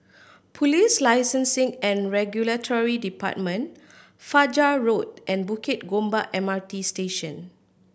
Police Licensing and Regulatory Department Fajar Road and Bukit Gombak M R T Station